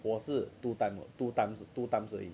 我是 two thumb 的 two thumbs two thumbs 而已